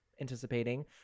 anticipating